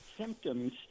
symptoms